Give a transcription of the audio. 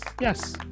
Yes